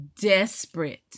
desperate